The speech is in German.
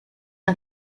ein